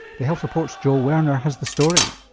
the health report's joel werner has the story.